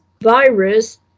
virus